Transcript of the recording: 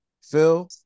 Phil